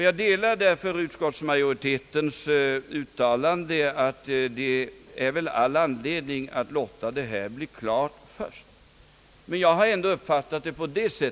Jag delar utskottsmajoritetens uttalande om att det är all anledning att låta utredningen bli klar innan yt terligare åtgärder vidtas.